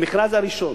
המכרז הראשון.